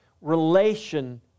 relation